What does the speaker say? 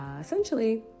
Essentially